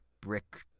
brick